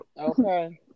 Okay